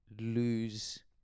lose